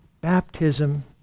Baptism